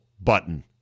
button